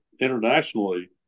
internationally